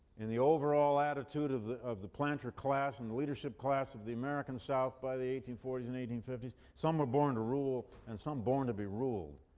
in the overall attitude of the of the planter class and the leadership class of the american south by the eighteen forty s and eighteen fifty s, some were born to rule and some born to be ruled.